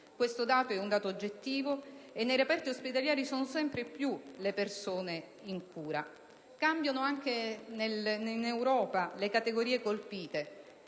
Questo dato è oggettivo e nei reparti ospedalieri sono sempre più le persone in cura. Cambiano anche in Europa le categorie colpite.